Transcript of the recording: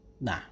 Nah